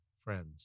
friends